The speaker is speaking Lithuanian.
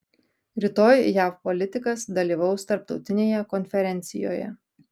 rytoj jav politikas dalyvaus tarptautinėje konferencijoje